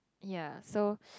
ya so